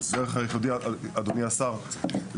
אדוני השר,